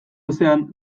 ezean